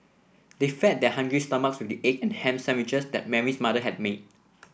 they fed their hungry stomachs with the egg and ham sandwiches that Mary's mother had made